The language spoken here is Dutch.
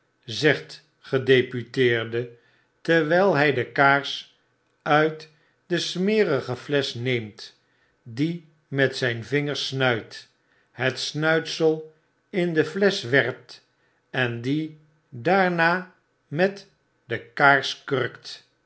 zegt gedeputeerde terwyl hy de kaars mt de smerige flesch neemt die met zyn vingers snuit het snuitsel in de flesch werpt en die daarnamet de kaars kurkt